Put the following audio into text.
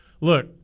look